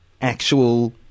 actual –